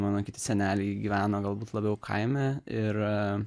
mano kiti seneliai gyveno galbūt labiau kaime ir